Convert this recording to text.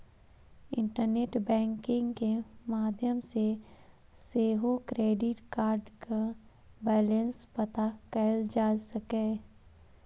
internet banking के माध्यम सं सेहो क्रेडिट कार्डक बैलेंस पता कैल जा सकैए